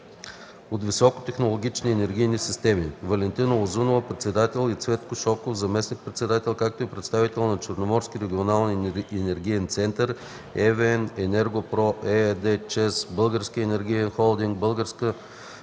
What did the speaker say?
от Високотехнологични енергийни системи – Валентина Узунова, председател, и Цветко Шоков, заместник-председател, както и представители на Черноморски регионален енергиен център, ЕВН, „Енерго-Про” ЕАД, ЧЕЗ, Български енергиен форум, Българска